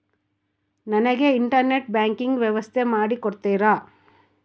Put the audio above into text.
ನನಗೆ internet banking ವ್ಯವಸ್ಥೆ ಮಾಡಿ ಕೊಡ್ತೇರಾ?